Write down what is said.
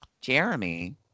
Jeremy